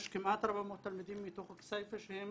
יש כמעט 400 תלמידים מתוך כסיפה שהם